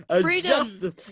Freedom